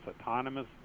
autonomous